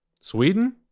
Sweden